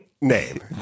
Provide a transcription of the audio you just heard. name